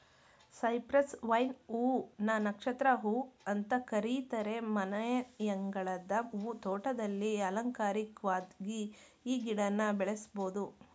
Cyprus vine ಹೂ ನ ನಕ್ಷತ್ರ ಹೂ ಅಂತ ಕರೀತಾರೆ ಮನೆಯಂಗಳದ ಹೂ ತೋಟದಲ್ಲಿ ಅಲಂಕಾರಿಕ್ವಾಗಿ ಈ ಗಿಡನ ಬೆಳೆಸ್ಬೋದು